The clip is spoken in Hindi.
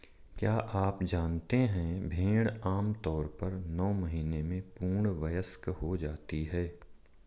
क्या आप जानते है भेड़ आमतौर पर नौ महीने में पूर्ण वयस्क हो जाती है?